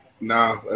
Nah